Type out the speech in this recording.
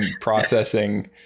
processing